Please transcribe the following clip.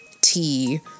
tea